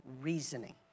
reasoning